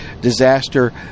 Disaster